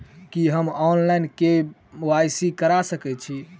की हम online, KYC करा सकैत छी?